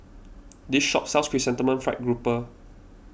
this shop sells Chrysanthemum Fried Grouper